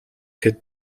тэд